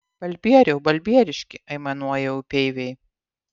balbieriau balbieriški aimanuoja upeiviai